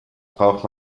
braucht